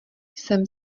jsem